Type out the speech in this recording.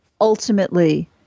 Ultimately